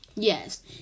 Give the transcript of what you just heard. Yes